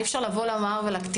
אי אפשר לומר לקטינה: